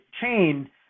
chain